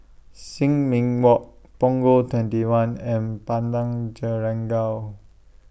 Sin Ming Walk Punggol twenty one and Padang Jeringau